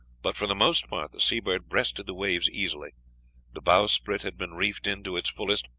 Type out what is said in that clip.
but for the most part the seabird breasted the waves easily the bowsprit had been reefed in to its fullest,